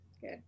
Good